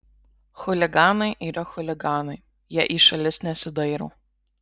chuliganai yra chuliganai jie į šalis nesidairo